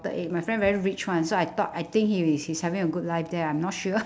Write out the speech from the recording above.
~ted it my friend very rich [one] so I thought I think he's he's having a good life there I'm not sure